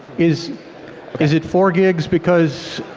is is it four gigs? because